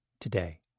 today